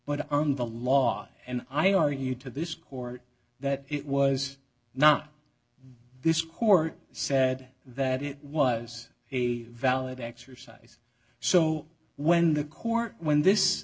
but on the law and i are you to this court that it was not this court said that it was a valid exercise so when the court when this